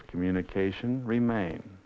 of communication remain